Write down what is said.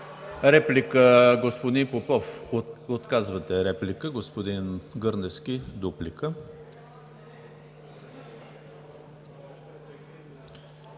Реплика – господин Попов. Отказвате реплика. Господин Гърневски – дуплика.